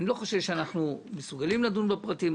אני לא חושב שאנחנו מסוגלים לדון בפרטים.